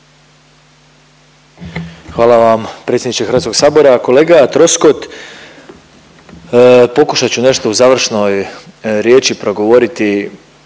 Hvala vam predsjedniče Hrvatskog sabora. Kolega Troskot pokušat ću nešto u završnoj riječi progovoriti